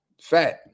Fat